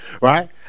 right